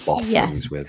yes